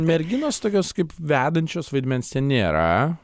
merginos tokios kaip vedančios vaidmens ten nėra